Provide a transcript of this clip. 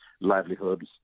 livelihoods